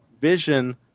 vision